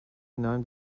hinein